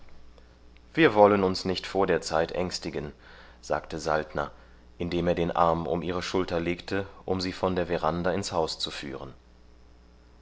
wir wollen uns nicht vor der zeit ängstigen sagte saltner indem er den arm um ihre schulter legte um sie von der veranda ins haus zu führen